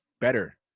better